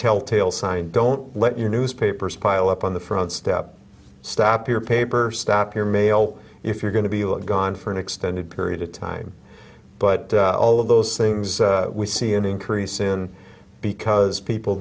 telltale signs don't let your newspapers pile up on the front step stop your paper stop your mail if you're going to be gone for an extended period of time but all of those things we see an increase in because people